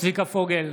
צביקה פוגל,